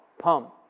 pump